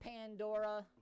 Pandora